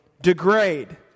degrade